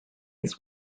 his